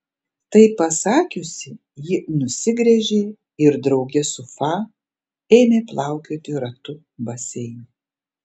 tai pasakiusi ji nusigręžė ir drauge su fa ėmė plaukioti ratu baseine